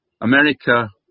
America